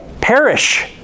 Perish